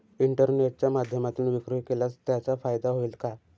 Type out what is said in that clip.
इंटरनेटच्या माध्यमातून विक्री केल्यास त्याचा फायदा होईल का?